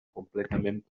completament